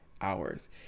hours